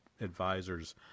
advisors